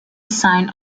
sign